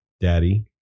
Daddy